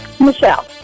Michelle